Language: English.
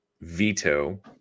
veto